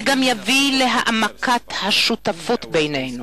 הוא יביא גם להעמקת השותפות בינינו,